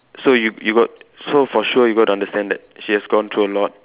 so you you got so for sure you got to understand that she has gone through a lot